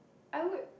I would